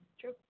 True